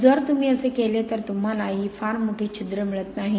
जर तुम्ही असे केले तर तुम्हाला ही फार मोठी छिद्रे मिळत नाहीत